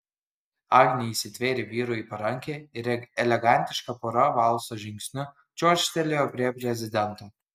agnė įsitvėrė vyrui į parankę ir elegantiška pora valso žingsniu čiuožtelėjo prie prezidento